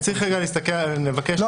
אנחנו נבקש להסתכל על --- לא,